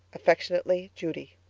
affectionately, judy